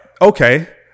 okay